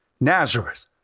Nazareth